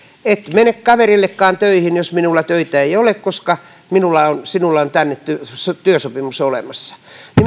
et mene kaverillekaan töihin vaikka minulla töitä ei ole koska sinulla on tänne työsopimus olemassa